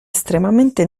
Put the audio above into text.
estremamente